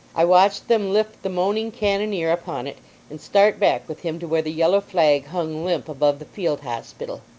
i watched them lift the moaning cannoneer upon it and start back with him to where the yellow flag hung limp above the field hospital.